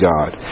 God